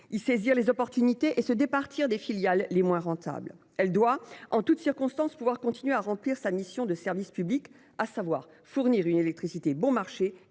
s’y présentent, et se départir des filiales les moins rentables. Elle doit, en toute circonstance, pouvoir continuer à remplir sa mission de service public : fournir à tous une électricité bon marché